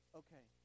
okay